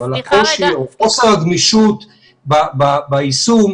אבל הקושי וחוסר הגמישות ביישום,